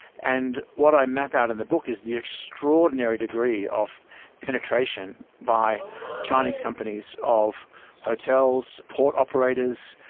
and what i map out in the book is the extraordinary degree of penetration by chinese companies of hotels, port operators,